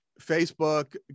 Facebook